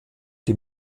die